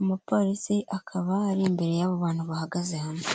umupolisi akaba ari imbere y'abo bantu bahagaze hamwe.